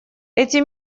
эти